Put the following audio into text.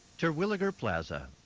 terwilliger plaza,